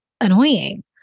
annoying